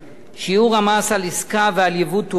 (שיעור המס על עסקה ועל ייבוא טובין)